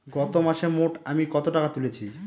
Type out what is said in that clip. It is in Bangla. গত মাসে মোট আমি কত টাকা তুলেছি?